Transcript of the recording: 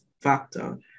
factor